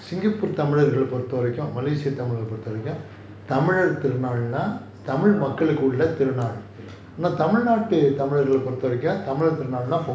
singapore tamil பொறுத்த வரைக்கும்:porutha varaikum malaysia tamil பொறுத்த வரைக்கும்:porutha varaikum tamil திருநாள் னா:thirunaal na tamil மக்களுக்கு உள்ள:makkaluku ulla tamil திருநாள்:thirunaal tamil nadu tamil பொறுத்த வரைக்கும்:porutha varaikum tamil திருநாள் னா பொங்கல்:thirunaal naa pongal